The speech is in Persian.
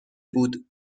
بود